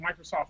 Microsoft